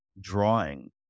drawing